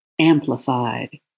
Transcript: amplified